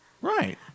Right